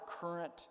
current